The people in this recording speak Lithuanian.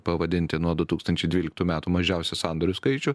pavadinti nuo du tūkstančiai dvyliktų metų mažiausią sandorių skaičių